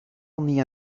only